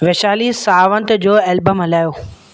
वैशाली सावंत जो एल्बम हलायो